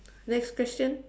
next question